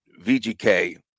VGK